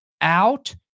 out